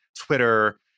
Twitter